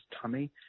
tummy